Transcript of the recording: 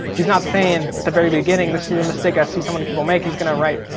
he's not saying at the very beginning this is a mistake i see so many people make, he's gonna write,